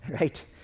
right